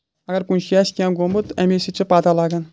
اگر کُنہِ جایہِ آسہِ کینٛہہ گوٚمُت امہِ سۭتۍ چھِ پتہ لَگَان